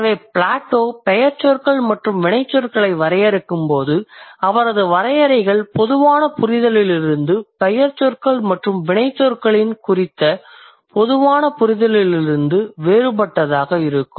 எனவே பிளேட்டோ பெயர்ச்சொற்கள் மற்றும் வினைச்சொற்களை வரையறுக்கும்போது அவரது வரையறைகள் பொதுவான புரிதலிலிருந்து அல்லது பெயர்ச்சொற்கள் மற்றும் வினைச்சொற்களின் குறித்த பொதுவான புரிதலிலிருந்து வேறுபட்டதாக இருக்கும்